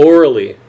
Orally